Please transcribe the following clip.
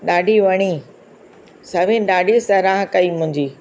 ॾाढी वणी सभिन ॾाढी साराहु कई मुंहिंजी